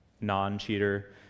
non-cheater